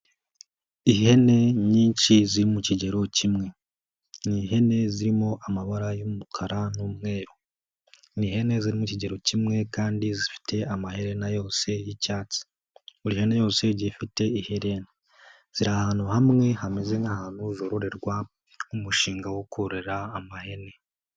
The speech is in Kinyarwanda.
Ihene nyinshi ziri mu kigero kimwe. Ni ihene zirimo amabara y'umukara n'umweru. Ni ihene ziri mu kigero kimwe kandi zifite amaherena yose y'icyatsi. Buri hene yose igiye ifite iherena. Ziri ahantu hamwe hameze nk'ahantu zororerwa, umushinga wo korora amahene.